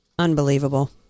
Unbelievable